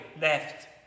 left